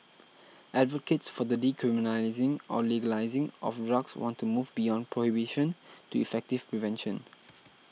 advocates for the decriminalising or legalising of drugs want to move beyond prohibition to effective prevention